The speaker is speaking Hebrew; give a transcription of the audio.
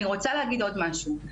אני רוצה להגיד עוד משהו: